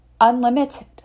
unlimited